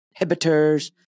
inhibitors